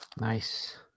Nice